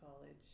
college